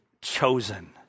chosen